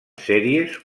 sèries